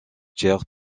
tiers